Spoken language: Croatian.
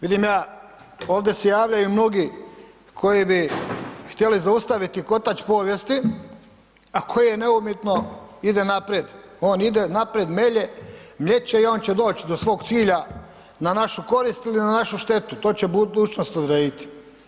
Vidim ja, ovdje se javljaju mnogi koji bi htjeli zaustaviti kotač povijesti, a koji neumitno ide naprijed, on ide naprijed, melje, mljet će i on će doći do svog cilja na našu korist ili na našu štetu, to će budućnost odrediti.